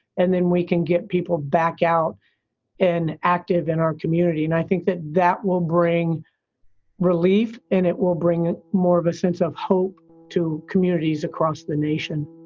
and then we can get people back out and active in our community. and i think that that will bring relief and it will bring more of a sense of hope to communities across the nation